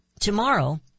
tomorrow